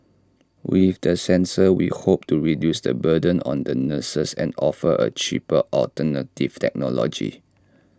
with the sensor we hope to reduce the burden on the nurses and offer A cheaper alternative technology